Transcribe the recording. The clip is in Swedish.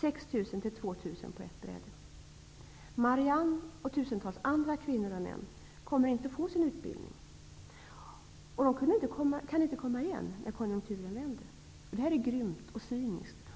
6 000 till 2 000 på ett bräde. Marianne och tusentals andra kvinnor och män kommer inte att få sin utbildning. De kan inte komma igen när konjunkturen vänder. Detta är grymt och cyniskt.